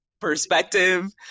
perspective